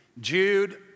Jude